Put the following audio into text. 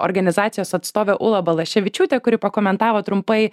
organizacijos atstovė ūla balaševičiūtė kuri pakomentavo trumpai